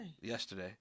Yesterday